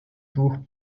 двух